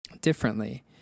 differently